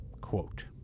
quote